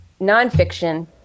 nonfiction